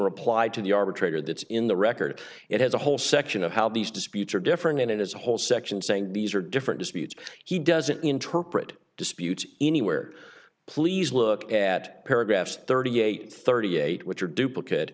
reply to the arbitrator that's in the record it has a whole section of how these disputes are different in and as a whole section saying these are different disputes he doesn't interpret disputes anywhere please look at paragraphs thirty eight thirty eight which are duplicate